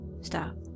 stop